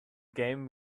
game